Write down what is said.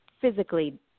physically